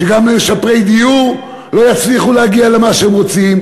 שגם משפרי דיור לא יצליחו להגיע למה שהם רוצים,